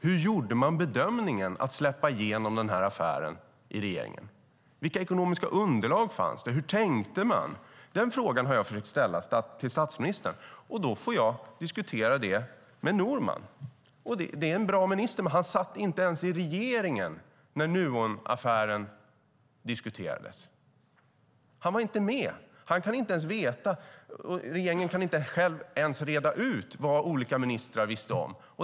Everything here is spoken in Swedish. Hur gjorde man bedömningen att släppa igenom affären i regeringen? Vilka ekonomiska underlag fanns det? Hur tänkte man? Den frågan har jag ställt till statsministern, och då har jag fått diskutera med Norman. Det är en bra minister, men han satt inte ens i regeringen när Nuonaffären diskuterades. Han var inte med. Han kan inte ens veta. Regeringen kan inte själv ens reda ut vad olika ministrar visste.